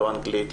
לא אנגלית,